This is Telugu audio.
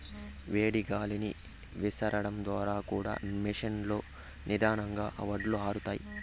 వేడి గాలిని విసరడం ద్వారా కూడా మెషీన్ లో నిదానంగా వడ్లు ఆరుతాయి